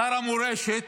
שר המורשת,